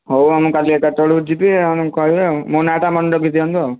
ହଉ ମୁଁ କାଲି ଏଗାରଟା ବେଳକୁ ଯିବି ଆପଣ କହିବେ ଆଉ ମୋ ନାଁଟା ମନେରଖି ଦିଅନ୍ତୁ ଆଉ